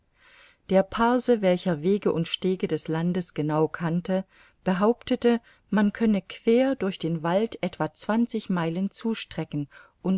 der parse welcher wege und stege des landes genau kannte behauptete man könne quer durch den wald etwa zwanzig meilen zustrecken